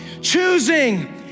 choosing